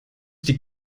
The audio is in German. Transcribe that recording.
die